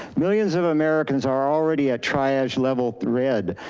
millions of americans are already at triage level red.